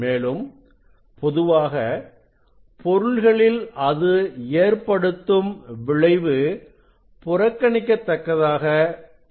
மேலும் பொதுவாக பொருள்களில் அது ஏற்படுத்தும் விளைவு புறக்கணிக்கதக்கதாக இருக்கிறது